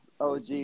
OG